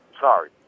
Sorry